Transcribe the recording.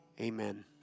amen